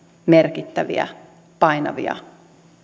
merkittäviä painavia